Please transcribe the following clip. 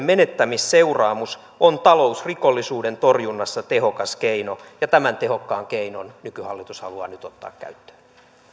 menettämisseuraamus on talousrikollisuuden torjunnassa tehokas keino ja tämän tehokkaan keinon nykyhallitus haluaa nyt ottaa käyttöön